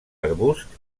arbusts